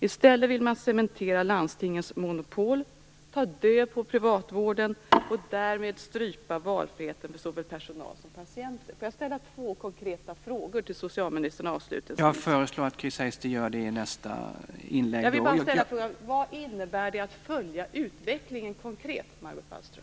I stället vill man cementera landstingens monopol, ta död på privatvården och därmed strypa valfriheten för såväl personal som patienter. Avslutningsvis vill jag ställa en fråga till socialministern. Vad innebär det konkret att följa utvecklingen, Margot Wallström?